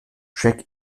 check